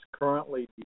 currently